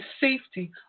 safety